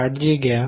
काळजी घ्या